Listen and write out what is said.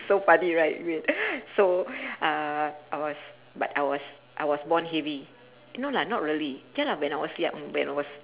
so funny right weird so uh I was but I was I was born heavy no lah not really K lah when I was young when I was